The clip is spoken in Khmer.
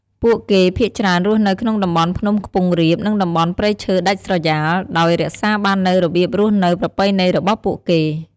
ពួកគេភាគច្រើនរស់នៅក្នុងតំបន់ភ្នំខ្ពង់រាប និងតំបន់ព្រៃឈើដាច់ស្រយាល ដោយរក្សាបាននូវរបៀបរស់នៅប្រពៃណីរបស់ពួកគេ។